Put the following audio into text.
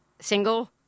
single